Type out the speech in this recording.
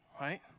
right